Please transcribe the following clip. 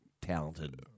talented